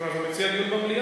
נו, אז הוא מציע דיון במליאה.